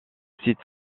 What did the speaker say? site